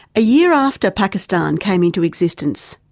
a year after pakistan came into existence,